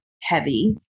heavy